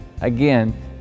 Again